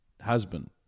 husband